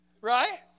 Right